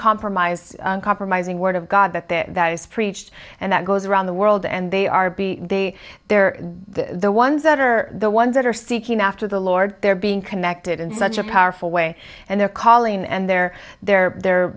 uncompromised compromising word of god that that is preached and that goes around the world and they are they they're the ones that are the ones that are seeking after the lord they're being connected in such a powerful way and they're calling and they're they're the